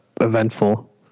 eventful